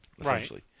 essentially